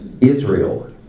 Israel